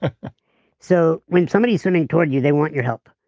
ah so when somebody's swimming toward you, they want your help.